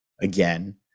again